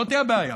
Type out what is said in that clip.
זאת הבעיה.